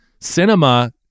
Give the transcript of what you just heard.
cinema